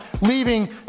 leaving